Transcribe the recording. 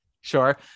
Sure